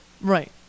Right